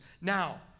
Now